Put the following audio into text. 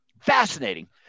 fascinating